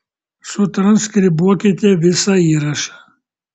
sutranskribuokite visą įrašą